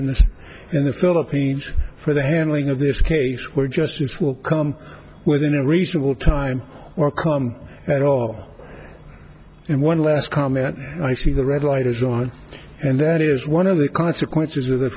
in this in the philippines for the handling of this case where justice will come within a reasonable time or come at all and one last comment i see the red light is on and that is one of the consequences